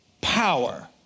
power